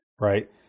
right